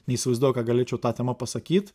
neįsivaizduoju ką galėčiau ta tema pasakyt